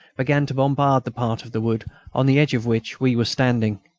began to bombard the part of the wood on the edge of which we were standing.